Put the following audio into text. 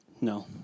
No